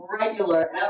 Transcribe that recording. Regular